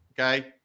okay